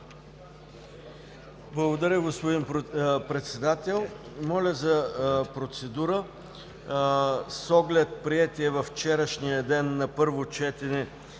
Благодаря, господин Председател. Моля за процедура с оглед приетия във вчерашния ден на първо четене